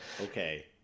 Okay